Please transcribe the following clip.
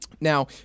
Now